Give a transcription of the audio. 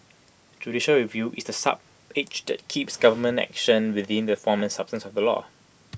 judicial review is the sharp edge that keeps government action within the form and substance of the law